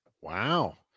Wow